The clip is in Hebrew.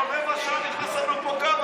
תהיה להוט.